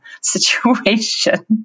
situation